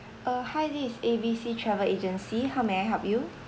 uh hi this is A B C travel agency how may I help you